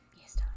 Yes